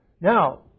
Now